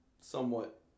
somewhat